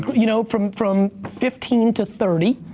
you know, from from fifteen to thirty,